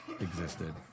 existed